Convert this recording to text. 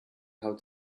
how